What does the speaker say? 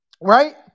right